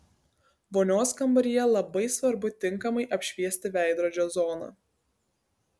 vonios kambaryje labai svarbu tinkamai apšviesti veidrodžio zoną